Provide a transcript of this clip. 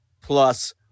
Plus